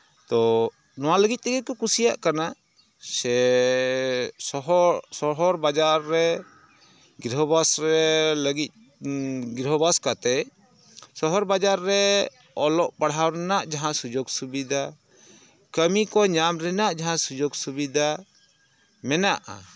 ᱛᱚ ᱱᱚᱣᱟ ᱞᱟᱹᱜᱤᱫ ᱛᱮᱜᱮ ᱠᱚ ᱠᱩᱥᱤᱭᱟᱜ ᱠᱟᱱᱟ ᱥᱮ ᱥᱚᱦᱚᱨ ᱥᱚᱦᱚᱨ ᱵᱟᱡᱟᱨ ᱨᱮ ᱜᱨᱤᱦᱚᱵᱟᱥ ᱨᱮ ᱞᱟᱹᱜᱤᱫ ᱜᱨᱤᱦᱚ ᱵᱟᱥ ᱠᱟᱛᱮ ᱥᱚᱦᱚᱨ ᱵᱟᱡᱟᱨ ᱨᱮ ᱚᱞᱚᱜ ᱯᱟᱲᱦᱟᱣ ᱨᱮᱱᱟᱜ ᱡᱟᱦᱟᱸ ᱥᱩᱡᱳᱜᱽ ᱥᱩᱵᱤᱫᱷᱟ ᱠᱟᱹᱢᱤ ᱠᱚ ᱧᱟᱢ ᱨᱮᱱᱟᱜ ᱡᱟᱦᱟᱸ ᱥᱩᱡᱳᱜᱽ ᱥᱩᱵᱤᱫᱷᱟ ᱢᱮᱱᱟᱜᱼᱟ